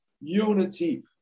unity